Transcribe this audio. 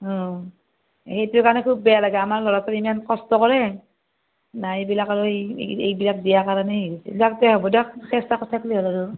অঁ এইটো কাৰণে খুব বেয়া লাগে আমাৰ ল'ৰা ছোৱালীয়ে ইমান কষ্ট কৰে নাই এইবিলাক আৰু এই এইবিলাক দিয়াৰ কাৰণেই হেৰি হৈছে যাক তে হ'ব দিয়ক চেষ্টা কৰি থাকিলেই হ'ল আৰু